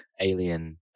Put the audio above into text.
alien